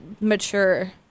mature